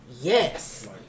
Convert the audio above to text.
yes